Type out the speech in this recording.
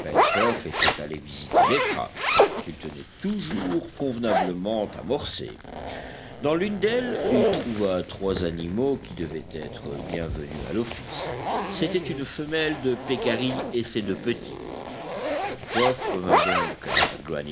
était allé visiter les trappes qu'il tenait toujours convenablement amorcées dans l'une d'elles il trouva trois animaux qui devaient être bienvenus à l'office c'était une femelle de pécari et ses deux petits pencroff revint donc